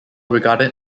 regarded